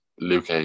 Luke